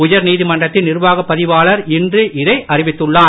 உயர்நீதிமன்றத்தின் நிர்வாகப் பதிவாளர் இன்று இதை அறிவித்துள்ளார்